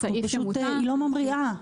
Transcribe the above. פשוט היא לא ממריאה.